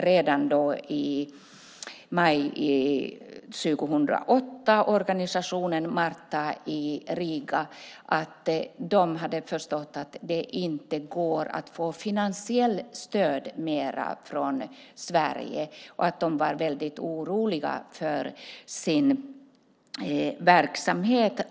Redan i maj år 2008 berättade organisationen Marta i Riga att de hade förstått att det inte längre går att få finansiellt stöd från Sverige. De var väldigt oroliga för verksamheten.